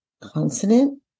consonant